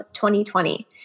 2020